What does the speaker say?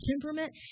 temperament